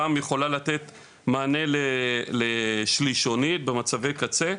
גם יכולה לתת מענה שלישוני במצבי קצה,